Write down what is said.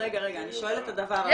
אני שואלת את הדבר הבא,